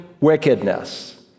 wickedness